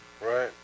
Right